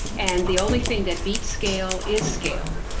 and the only thing that beats scale is scale.